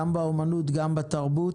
גם באמנות, גם בתרבות.